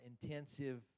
intensive